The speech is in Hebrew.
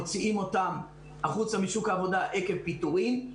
מוציאים אותם החוצה משוק העבודה עקב פיטורין.